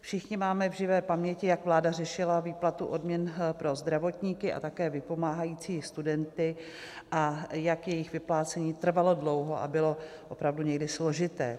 Všichni máme v živé paměti, jak vláda řešila výplatu odměn pro zdravotníky a také vypomáhající studenty, jak jejich vyplácení trvalo dlouho a bylo opravdu někdy složité.